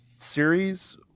series